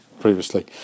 previously